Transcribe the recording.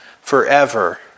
forever